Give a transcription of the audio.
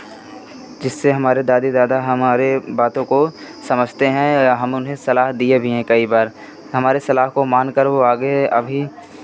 जिससे हमारे दादी दादा हमारे बातों को समझते हैं या हम सलाह दिए भी हैं कई बार हमारे सलाह को मानकर वो आगे अभी